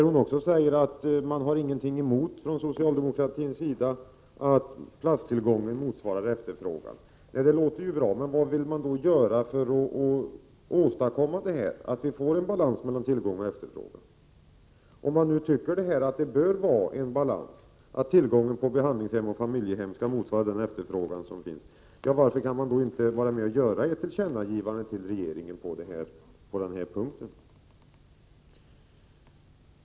Hon säger att socialdemokraterna inte har något emot att platstillgången motsvarar efterfrågan. Det låter bra, men vad vill ni då göra för att åstadkomma balans mellan tillgång och efterfrågan? Om ni tycker att det bör vara en balans, så att tillgången på behandlingshem och familjehem motsvarar efterfrågan, varför kan ni då inte gå med på att ge ett tillkännagivande till regeringen om det?